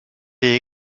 est